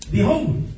Behold